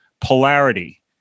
polarity